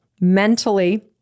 mentally